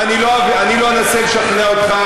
ואני לא אנסה לשכנע אותך,